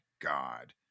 god